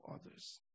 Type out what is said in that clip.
others